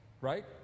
right